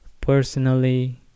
personally